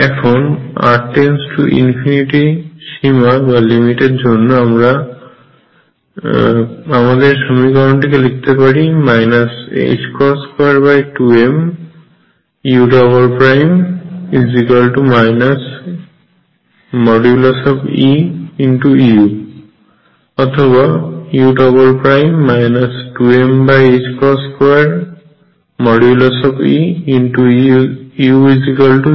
এখন r →∞ সীমার জন্য আমরা আমাদের সমীকরণটিকে লিখতে পারি 22mu Eu অথবা u 2m2Eu0